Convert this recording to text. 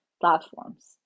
platforms